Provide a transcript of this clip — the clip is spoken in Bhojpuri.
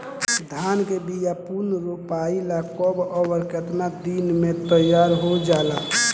धान के बिया पुनः रोपाई ला कब और केतना दिन में तैयार होजाला?